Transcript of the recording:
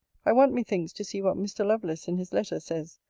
i want, methinks, to see what mr. lovelace, in his letter, says.